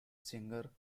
singer